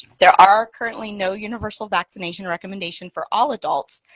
there are currently no universal vaccination recommendation for all adults.